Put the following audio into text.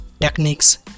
techniques